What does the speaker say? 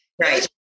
Right